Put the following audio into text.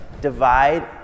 Divide